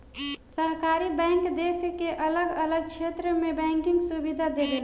सहकारी बैंक देश के अलग अलग क्षेत्र में बैंकिंग सुविधा देवेला